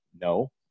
No